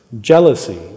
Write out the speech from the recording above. Jealousy